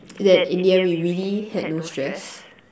then in the end we really had no stress